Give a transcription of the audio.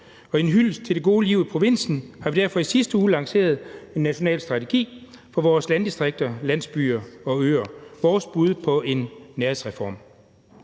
og i en hyldest til det gode liv i provinsen har vi derfor i sidste uge lanceret en national strategi for vores landdistrikter, landsbyer og øer – vores bud på en nærhedsreform.